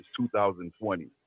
2020